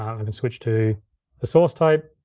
i can switch to the source tape,